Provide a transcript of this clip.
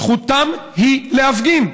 זכותם להפגין.